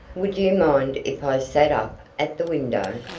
would you mind if i sat up at the window?